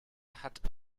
hat